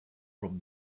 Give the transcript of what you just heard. from